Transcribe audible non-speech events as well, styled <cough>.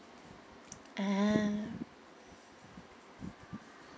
<noise> ah